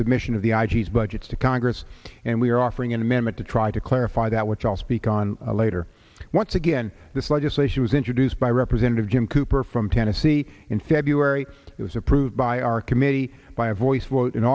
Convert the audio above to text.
submission of the i g s budgets to congress and we are offering an amendment to try to clarify that which i'll speak on later once again this legislation was introduced by representative jim cooper from tennessee in february it was approved by our committee by a voice